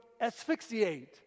asphyxiate